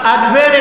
במשפחה,